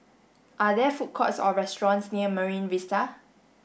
are there food courts or restaurants near Marine Vista